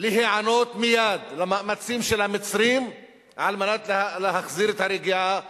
להיענות מייד למאמצים של המצרים כדי להחזיר את הרגיעה בגבול.